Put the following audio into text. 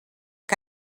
que